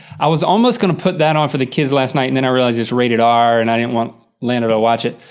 i was almost gonna put that off for the kids last night and then and i realized it's rated r and i didn't want lando to watch it.